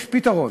יש פתרון.